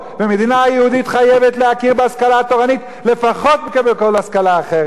והמדינה היהודית חייבת להכיר בהשכלה התורנית לפחות כמו בכל השכלה אחרת,